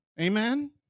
amen